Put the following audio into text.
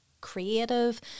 creative